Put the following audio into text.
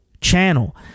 channel